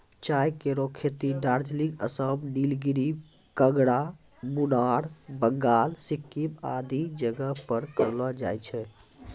चाय केरो खेती दार्जिलिंग, आसाम, नीलगिरी, कांगड़ा, मुनार, बंगाल, सिक्किम आदि जगह पर करलो जाय छै